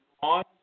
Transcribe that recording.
on